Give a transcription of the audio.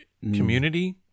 community